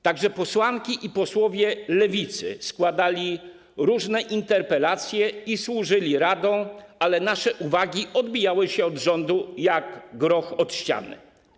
Także posłanki i posłowie Lewicy składali różne interpelacje i służyli radą, ale nasze uwagi odbijały się od rządu jak groch od ściany.